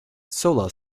solar